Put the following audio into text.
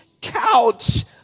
couch